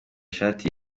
ishati